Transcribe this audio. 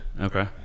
Okay